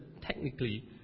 technically